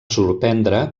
sorprendre